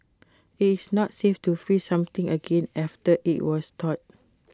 IT is not safe to freeze something again after IT was thawed